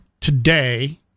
today